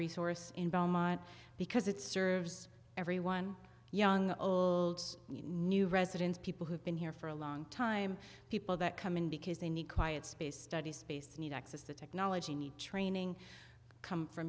resource in belmont because it serves everyone young new residents people who've been here for a long time people that come in because they need quiet space study space need access to technology training come f